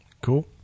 Cool